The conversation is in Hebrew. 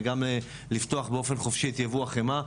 וגם לפתוח באופן חופשי את יבוא החמאה.